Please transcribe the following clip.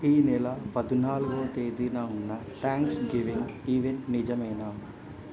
ఈ నెల పద్నాలుగో తేదీన ఉన్న థాంక్స్గివింగ్ ఈవెంట్ నిజమేనా